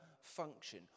function